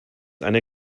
eine